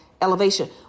elevation